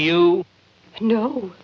you know